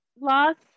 lost